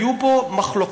יהיו בו מחלוקות,